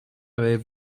avez